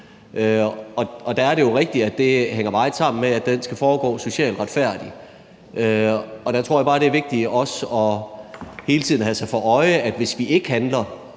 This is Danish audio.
på. Det er jo rigtigt, at det hænger meget sådan sammen, at den skal foregå socialt retfærdigt, og der tror jeg bare, det er vigtigt også hele tiden at holde sig for øje, at hvis vi ikke handler,